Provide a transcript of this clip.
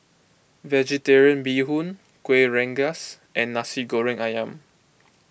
Vegetarian Bee Hoon Kuih Rengas and Nasi Goreng Ayam